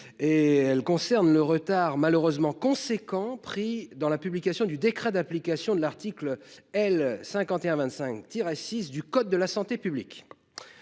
porte sur le retard malheureusement important pris dans la publication du décret d’application de l’article L. 5125 6 du code de la santé publique.